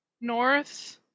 north